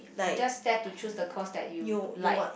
just dare to choose the course that you like